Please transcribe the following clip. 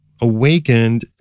awakened